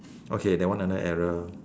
okay that one another error